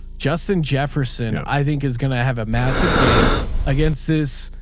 justin jefferson, and i think, is going to have a massive game against this,